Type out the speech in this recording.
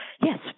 Yes